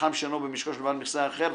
במתחם שאינו במשקו של בעל מכסה אחר,